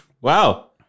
wow